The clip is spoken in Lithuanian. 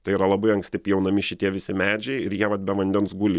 tai yra labai anksti pjaunami šitie visi medžiai ir jie vat be vandens guli